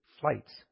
flights